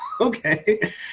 Okay